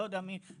אני לא יודע מי,